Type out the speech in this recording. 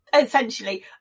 essentially